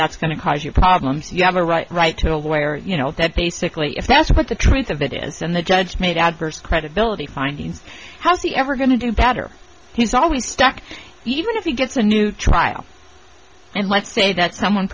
that's going to cause you problems you have a right to a lawyer you know that basically if that's what the truth of it is and the judge made adverse credibility findings has he ever going to do better he's always stuck even if he gets a new trial and let's say that someone